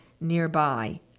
nearby